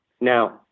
Now